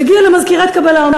מגיע למזכירת קבלה,